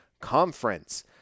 Conference